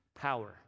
power